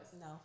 No